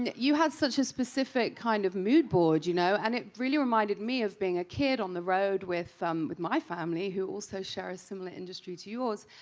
you had such a specific kind of mood board you know and it really reminded me of being a kid on the road with um with my family who also share a similar industry to yours.